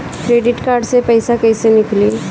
Credit card से पईसा केइसे निकली?